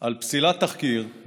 על פסילת תחקיר,